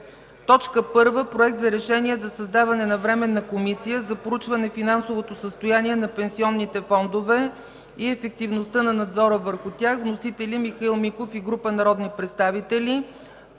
ред: 1. Проект за решение за създаване на Временна комисия за проучване на финансовото състояние на пенсионните фондове и ефективността на надзора върху тях. Вносители са Михаил Миков и група народни представители.